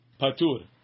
patur